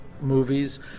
movies